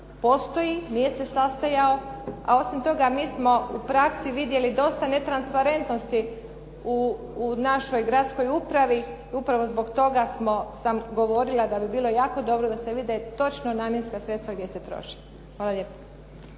postoji, nije se sastajao. A osim toga mi smo u praksi vidjeli dosta netransparentnosti u našoj gradskoj upravi. I upravo zbog toga sam govorila da bi bilo jako dobro da se vide točno namjenska sredstva gdje se troši. Hvala lijepa.